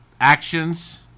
Actions